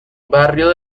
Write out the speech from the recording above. barrio